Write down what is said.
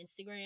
Instagram